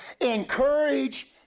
encourage